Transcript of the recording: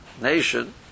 nation